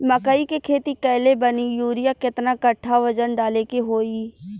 मकई के खेती कैले बनी यूरिया केतना कट्ठावजन डाले के होई?